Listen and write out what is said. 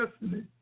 destiny